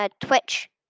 twitch